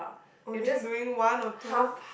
only doing one or two